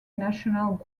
national